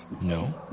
No